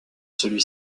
celui